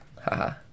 Haha